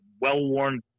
well-worn